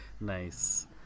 Nice